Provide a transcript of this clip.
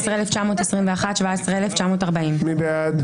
17,561 עד 17,580. מי בעד?